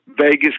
Vegas